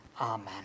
amen